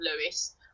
Lewis